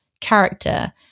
character